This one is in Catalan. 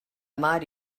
mar